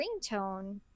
ringtone